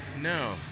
no